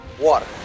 Water